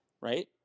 right